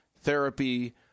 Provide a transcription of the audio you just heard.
therapy